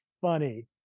funny